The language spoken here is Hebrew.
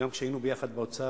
גם כשהיינו ביחד באוצר,